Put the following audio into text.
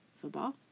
Football